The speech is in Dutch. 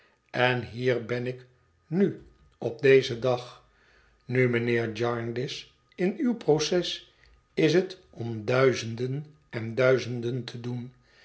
en hier ben ik nu op dezen dag nu mijnheer jarndyce in uw proces is het om duizenden en duizenden te doen